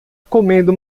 comendo